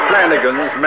Flanagans